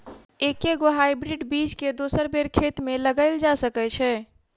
एके गो हाइब्रिड बीज केँ दोसर बेर खेत मे लगैल जा सकय छै?